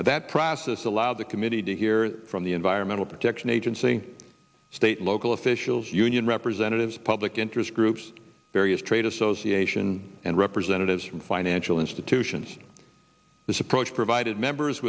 that process allowed the committee to hear from the environmental protection agency state local officials union representatives public interest groups various trade association and representatives from financial institutions this approach provided members